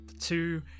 two